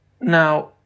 Now